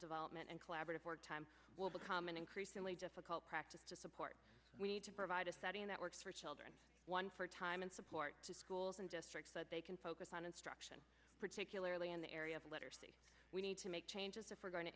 development and collaborative work time will become an increasingly difficult practice to support we need to provide a setting that works for children one for time and support to schools and districts that they can focus on instruction particularly in the area of literacy we need to make changes a for going to